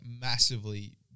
massively